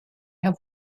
have